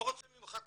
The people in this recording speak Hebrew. לא רוצה ממך כלום,